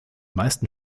meisten